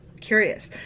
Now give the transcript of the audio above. Curious